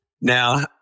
now